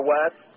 West